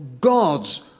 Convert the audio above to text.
God's